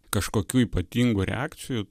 kažkokių ypatingų reakcijų